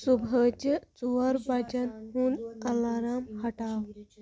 صُبحٲچہِ ژور بجَن ہُنٛد اَلارام ہٹاو